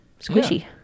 squishy